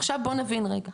עכשיו בוא נבין רגע,